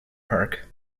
park